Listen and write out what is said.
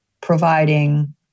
providing